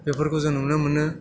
बेफोरखौ जों नुनो मोनो